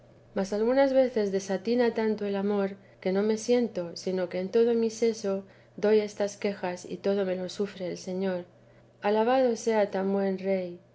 mas algunas veces desatina tanto el amor que no me siento sino que en todo mi seso doy estas quejas y todo me lo sufre el señor alabado sea tan buen rey